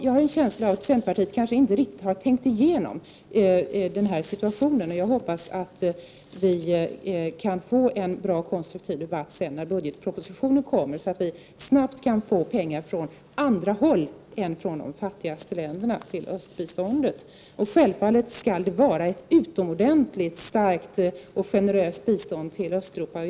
Jag har en känsla = Q 4 a av att centerpartiet inte riktigt har tänkt igenom den här situationen, och jag hoppas att vi kan få en bra och konstruktiv debatt senare, när budgetpropositionen har kommit, så att vi snabbt kan få pengar från annat håll än från de fattigaste länderna till östbiståndet. Självfallet skall det vara ett utomordentligt starkt och generöst bistånd till Östeuropa.